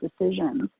decisions